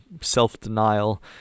self-denial